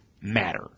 matter